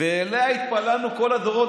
אליה התפללנו כל הדורות.